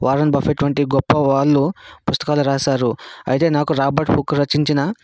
Warren Buffett వంటి గొప్ప వాళ్ళు పుస్తకాలు రాసారు అయితే నాకు రాబర్ట్ హుక్ రచించిన